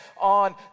on